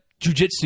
jujitsu